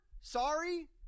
Sorry